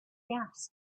gas